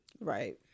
Right